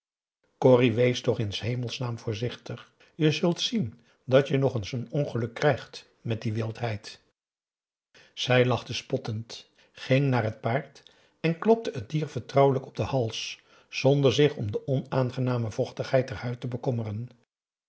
toch in s hemelsnaam voorzichtig je zult zien dat je nog eens n ongeluk krijgt met die wildheid zij lachte spottend ging naar het paard en klopte p a daum hoe hij raad van indië werd onder ps maurits het dier vertrouwelijk op den hals zonder zich om de onaangename vochtigheid der huid te bekommeren